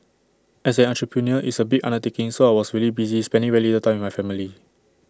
as an entrepreneur it's A big undertaking so I was really busy spending very little time with my family